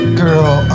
girl